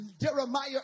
Jeremiah